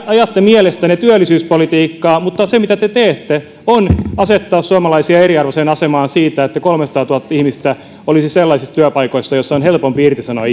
ajatte mielestänne työllisyyspolitiikkaa mutta se mitä te teette asettaa suomalaisia eriarvoiseen asemaan siinä että kolmesataatuhatta ihmistä olisi sellaisissa työpaikoissa joissa on helpompi irtisanoa